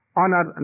honor